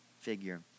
figure